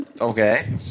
okay